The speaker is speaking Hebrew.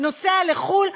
נוסע לחו"ל,